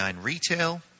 retail